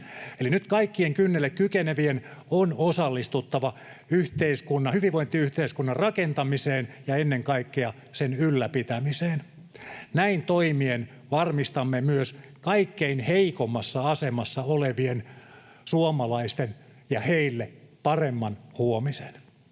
Eli nyt kaikkien kynnelle kykenevien on osallistuttava hyvinvointiyhteiskunnan rakentamiseen ja ennen kaikkea sen ylläpitämiseen. Näin toimien varmistamme myös kaikkein heikoimmassa asemassa oleville suomalaisille paremman huomisen.